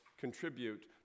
contribute